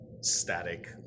static